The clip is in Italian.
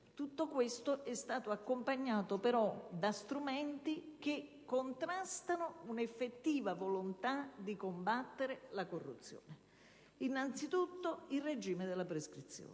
Tutto questo è stato accompagnato da strumenti che contrastano un'effettiva volontà di combattere la corruzione. Mi riferisco innanzitutto al regime della prescrizione: